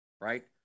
right